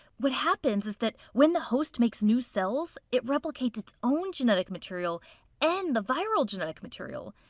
what happens is that when the host makes new cells, it replicates its own genetic material and the viral genetic material.